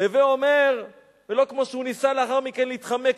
הווי אומר ולא כמו שהוא ניסה לאחר מכן להתחמק,